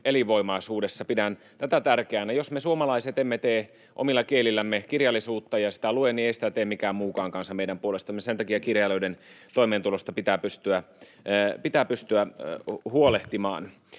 elinvoimaisuudessa. Pidän tätä tärkeänä. Jos me suomalaiset emme tee omilla kielillämme kirjallisuutta ja sitä lue, niin ei sitä tee mikään muukaan kansa meidän puolestamme. Sen takia kirjailijoiden toimeentulosta pitää pystyä huolehtimaan.